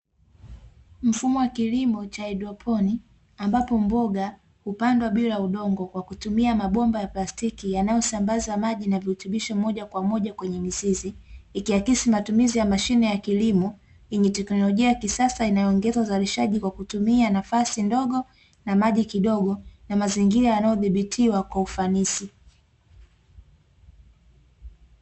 Mfumo wa kilimo ambapo mboga hupandwa bila udongo bali kwa kutumia maji yenye virutubisho hali hii huonyesha uzalishaji wa kisas kutumia mashine za kilimo